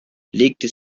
legte